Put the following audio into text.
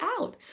out